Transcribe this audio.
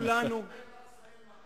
לגבי אל-אקצא אין מחנות.